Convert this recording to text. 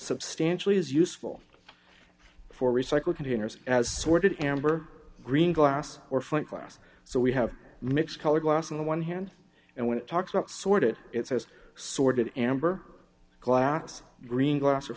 substantially as useful for recycled containers as sorted amber green glass or flint glass so we have mixed colored glass on the one hand and when it talks about sort it it has sorted amber glass green glass o